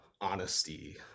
honesty